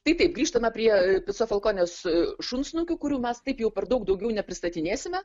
taip taip grįžtame prie pico palkonės šunsnukių kurių mes taip jau per daug daugiau nepristatinėsime